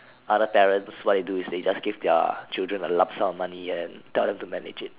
other parents what they do is that they just give their children a lump sum of their money and tell them to manage it